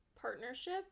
partnership